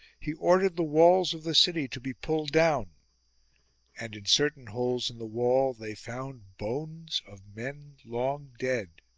he ordered the walls of the city to be pulled down and in certain holes in the wall they found bones of men long dead,